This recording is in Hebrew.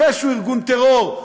אחרי שהוא ארגון טרור,